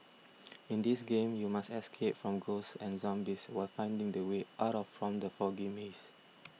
in this game you must escape from ghosts and zombies while finding the way out of from the foggy maze